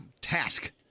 task